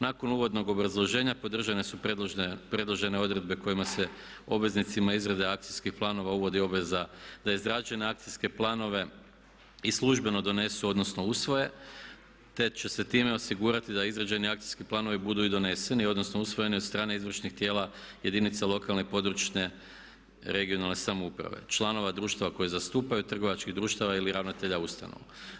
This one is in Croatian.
Nakon uvodnog obrazloženja podržane su predložene odredbe kojima se obveznicima izrade akcijskih planova uvodi obveza da je izrađene akcijske planove i službeno donesu odnosno usvoje te će se time osigurati da izrađeni akcijski planovi budu i doneseni odnosno usvojeni od strane izvršnih tijela jedinica lokalne i područne, regionalne samouprave, članova društva koje zastupaju, trgovačkih društava ili ravnatelja ustanova.